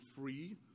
free